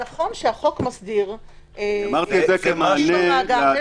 נכון שהחוק מסדיר שימושים במאגר.